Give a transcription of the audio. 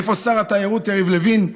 איפה שר התיירות יריב לוין?